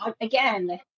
again